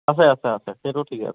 আছে আছে আছে সেইটো ঠিকে আছে